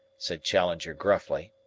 said challenger gruffly.